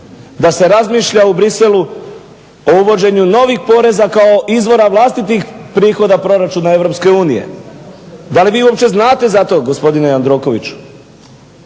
da se razmišlja u Bruxellesu o uvođenju novih poreza kao izvora vlastitih prihoda proračuna Europske unije. Da li vi uopće znate za to gospodine Jandrokoviću?